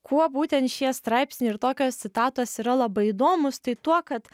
kuo būtent šie straipsniai ir tokios citatos yra labai įdomūs tai tuo kad